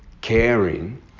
caring